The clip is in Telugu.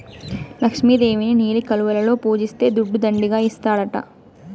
లక్ష్మి దేవిని నీలి కలువలలో పూజిస్తే దుడ్డు దండిగా ఇస్తాడట